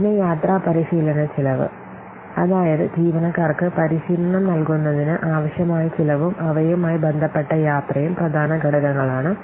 പിന്നെ യാത്രാ പരിശീലന ചെലവ് അതായത് ജീവനക്കാർക്ക് പരിശീലനം നൽകുന്നതിന് ആവശ്യമായ ചെലവും അവയുമായി ബന്ധപ്പെട്ട യാത്രയും പ്രധാന ഘടകങ്ങളാണ്